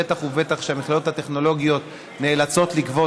בטח ובטח כשהמכללות הטכנולוגיות נאלצות לגבות